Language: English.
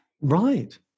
Right